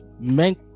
men